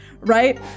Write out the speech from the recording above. right